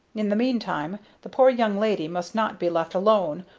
in the meantime the poor young lady must not be left alone,